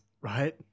right